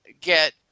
get